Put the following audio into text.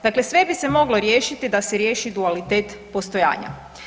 Dakle sve bi se moglo riješiti da se riješi dualitet postojanja.